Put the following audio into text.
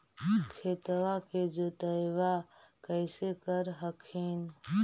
खेतबा के जोतय्बा कैसे कर हखिन?